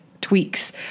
tweaks